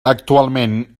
actualment